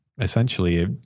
essentially